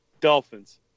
Dolphins